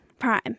Prime